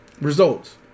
results